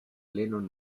lennon